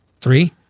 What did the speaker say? three